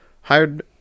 hired